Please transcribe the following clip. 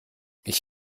ich